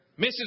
Mrs